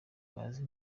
bazi